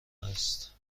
است